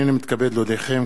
הנני מתכבד להודיעכם,